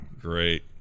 Great